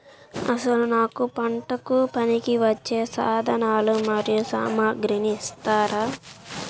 అసలు నాకు పంటకు పనికివచ్చే సాధనాలు మరియు సామగ్రిని ఇస్తారా?